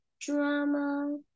Drama